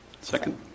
Second